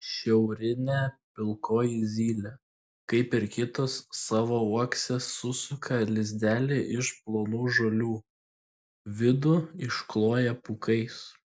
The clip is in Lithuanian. šiaurinė pilkoji zylė kaip ir kitos savo uokse susuka lizdelį iš plonų žolių vidų iškloja pūkais